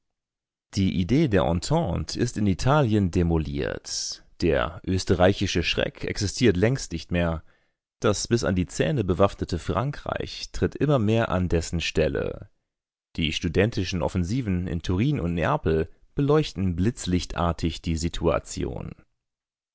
die idee der entente ist in italien demoliert der österreichische schreck existiert längst nicht mehr das bis an die zähne bewaffnete frankreich tritt immer mehr an dessen stelle die studentischen offensiven in turin und neapel beleuchten blitzlichtartig die situation